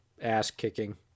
ass-kicking